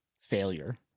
failure